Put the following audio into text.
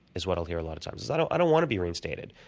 is what i'll hear a lot of times, i don't i don't wanna be reinstated.